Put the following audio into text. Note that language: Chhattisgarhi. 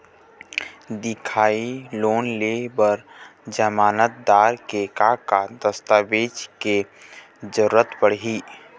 दिखाही लोन ले बर जमानतदार के का का दस्तावेज के जरूरत पड़ही?